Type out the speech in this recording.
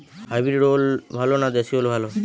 Hybrid ওল ভালো না দেশী ওল ভাল?